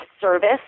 service